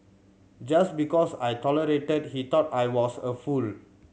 just because I tolerated he thought I was a fool